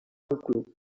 club